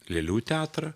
lėlių teatrą